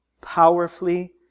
powerfully